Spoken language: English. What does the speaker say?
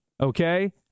okay